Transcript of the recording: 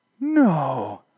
no